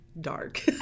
dark